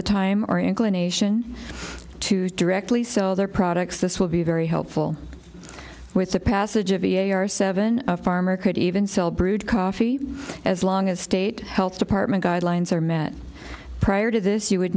the time or inclination to directly sell their products this will be very helpful with the passage of e a r seven a farmer could even sell brewed coffee as long as state health department guidelines are met prior to this you would